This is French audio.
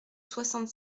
soixante